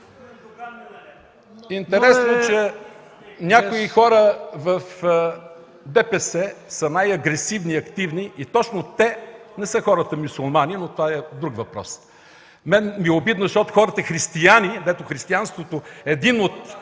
Интересно е, че някои хора в ДПС са най-агресивни и активни – и точно те не са хората мюсюлмани, но това е друг въпрос. На мен ми е обидно, защото хората християни, дето при християнството един от